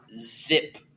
Zip